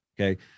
Okay